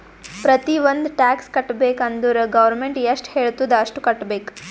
ಪ್ರತಿ ಒಂದ್ ಟ್ಯಾಕ್ಸ್ ಕಟ್ಟಬೇಕ್ ಅಂದುರ್ ಗೌರ್ಮೆಂಟ್ ಎಷ್ಟ ಹೆಳ್ತುದ್ ಅಷ್ಟು ಕಟ್ಟಬೇಕ್